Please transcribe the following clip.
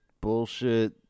bullshit